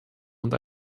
und